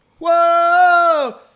Whoa